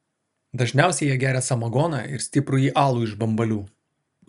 dažniausiai jie geria samagoną ir stiprųjį alų iš bambalių